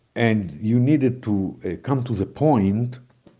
and you needed to come to the point